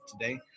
today